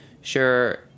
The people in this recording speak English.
sure